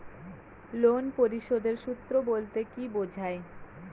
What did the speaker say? Loan পরিশোধের সূএ বলতে কি বোঝায়?